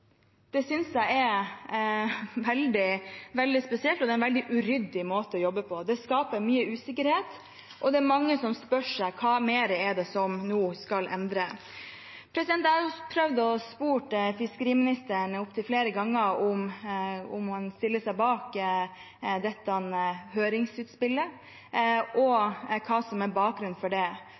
Det synes jeg er veldig spesielt, og det er en veldig uryddig måte å jobbe på. Det skaper mye usikkerhet, og det er mange som spør seg hva mer som nå skal endres. Jeg har prøvd å spørre fiskeriministeren opptil flere ganger om han stiller seg bak dette høringsutspillet, og hva som er bakgrunnen for det.